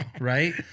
right